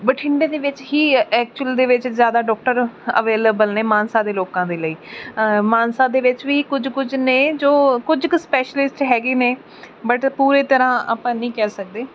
ਬਠਿੰਡੇ ਦੇ ਵਿੱਚ ਹੀ ਐਕਚੁਅਲ ਦੇ ਵਿੱਚ ਜ਼ਿਆਦਾ ਡਾਕਟਰ ਅਵੇਲੇਬਲ ਨੇ ਮਾਨਸਾ ਦੇ ਲੋਕਾਂ ਦੇ ਲਈ ਮਾਨਸਾ ਦੇ ਵਿੱਚ ਵੀ ਕੁਝ ਕੁਝ ਨੇ ਜੋ ਕੁਝ ਕੁ ਸਪੈਸ਼ਲਿਸਟ ਹੈਗੇ ਨੇ ਬਟ ਪੂਰੇ ਤਰ੍ਹਾਂ ਆਪਾਂ ਨਹੀਂ ਕਹਿ ਸਕਦੇ